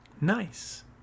Nice